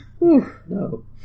No